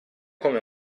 come